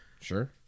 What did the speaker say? Sure